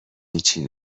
هیچی